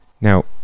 Now